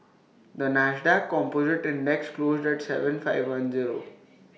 the Nasdaq composite index closed at Seven five one zero